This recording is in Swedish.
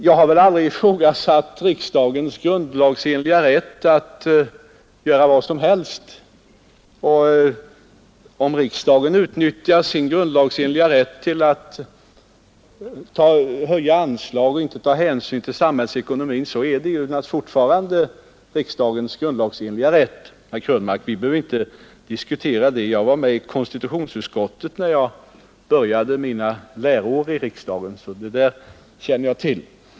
Jag har aldrig ifrågasatt riksdagens grundlagsenliga rätt att göra vad som helst, och om riksdagen utnyttjar sin grundlagsenliga rätt till att höja anslag utan att ta hänsyn till samhällsekonomin, är det naturligtvis fortfarande riksdagens grundlagsenliga rätt. Vi behöver inte diskutera det, herr Krönmark. Jag var med i konstitutionsutskottet, när jag började mina läroår i riksdagen, så det där känner jag till.